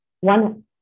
one